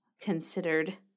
considered